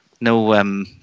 no